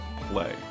play